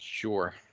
sure